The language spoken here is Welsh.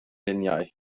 luniau